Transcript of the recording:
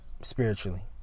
spiritually